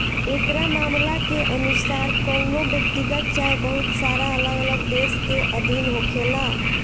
एकरा मामला के अनुसार कवनो व्यक्तिगत चाहे बहुत सारा अलग अलग देश के अधीन होखेला